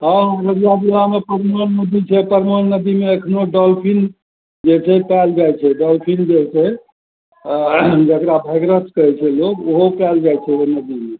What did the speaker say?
हँ अररिया जिलामे परमान नदी छै परमान नदीमे एखनहु डॉलफिन जे छै पाएल जाइ छै डॉलफिन जे छै जकरा भगिरथ कहै छै लोक ओहो पाएल जाइ छै ओहि नदीमे